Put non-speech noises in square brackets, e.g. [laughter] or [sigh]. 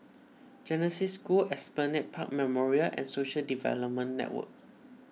Genesis School [noise] and Esplanade Park Memorials and Social Development Network